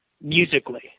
musically